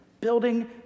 building